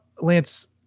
Lance